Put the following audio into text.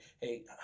hey